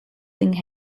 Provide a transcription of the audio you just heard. holding